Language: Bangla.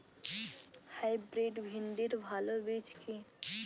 হাইব্রিড ভিন্ডির ভালো বীজ কি?